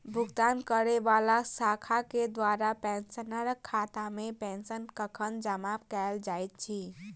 भुगतान करै वला शाखा केँ द्वारा पेंशनरक खातामे पेंशन कखन जमा कैल जाइत अछि